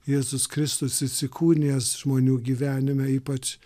jėzus kristus įsikūnijęs žmonių gyvenime ypač